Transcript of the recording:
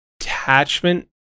attachment